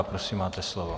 Prosím, máte slovo.